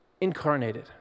incarnated